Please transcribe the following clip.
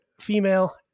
female